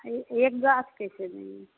एक एक गाछ कैसे दिए